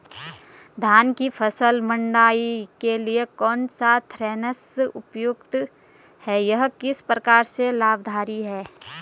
धान की फसल मड़ाई के लिए कौन सा थ्रेशर उपयुक्त है यह किस प्रकार से लाभकारी है?